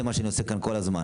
זה מה שאני עושה כאן כל הזמן.